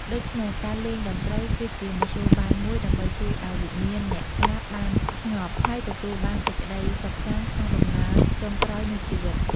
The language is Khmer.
ដូច្នេះ ការលេងតន្ត្រី គឺជាមធ្យោបាយមួយដើម្បីជួយឲ្យវិញ្ញាណអ្នកស្លាប់បានស្ងប់ ហើយទទួលបានសេចក្ដីសុខសាន្តក្នុងដំណើរចុងក្រោយនៃជីវិត។